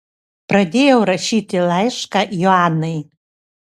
pradėjau rašyti laišką joanai